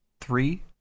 three